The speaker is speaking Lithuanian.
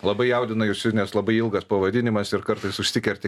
labai jaudinausi nes labai ilgas pavadinimas ir kartais užsikerti